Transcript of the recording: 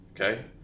Okay